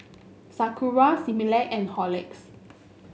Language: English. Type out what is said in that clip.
Sakura Similac and Horlicks